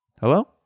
Hello